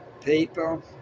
People